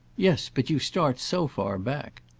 yes, but you start so far back.